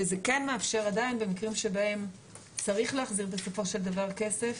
וזה כן מאפשר עדיין במקרים שבהם צריך להחזיר בסופו של דבר כסף,